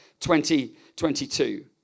2022